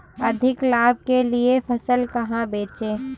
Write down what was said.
अधिक लाभ के लिए फसल कहाँ बेचें?